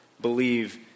believe